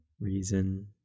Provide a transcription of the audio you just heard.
reason